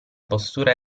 postura